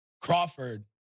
Crawford